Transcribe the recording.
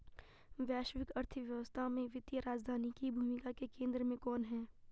वैश्विक अर्थव्यवस्था में वित्तीय राजधानी की भूमिका के केंद्र में कौन है?